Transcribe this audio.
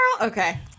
Okay